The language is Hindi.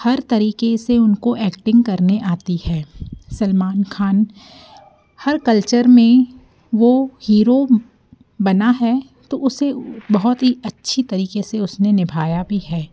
हर तरीकक़े से उनको एक्टिंग करने आती है सलमान ख़ान हर कल्चर में वो हीरो बना है तो उसे बहुत ही अच्छी तरीक़े से उसने निभाया भी है